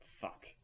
Fuck